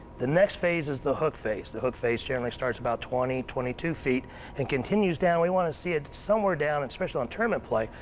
the next phase is the hook phase. the hook phase generally starts about twenty, twenty two feet and continues down. we want to see it somewhere down, especially in tournament play,